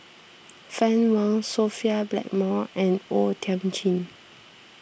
Fann Wong Sophia Blackmore and O Thiam Chin